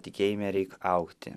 tikėjime reik augti